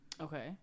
Okay